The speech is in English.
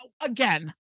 again